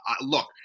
look